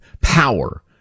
power